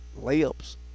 layups